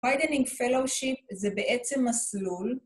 widening fellowship זה בעצם מסלול